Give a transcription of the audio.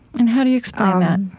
and how do you explain that?